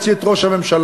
להוציא את ראש הממשלה,